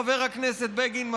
חבר הכנסת בגין,